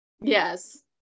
yes